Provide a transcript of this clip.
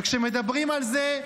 וכשמדברים על זה,